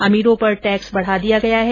अमीरों पर टैक्स बढा दिया गया है